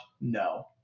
No